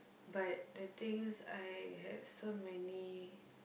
but the thing is I had so many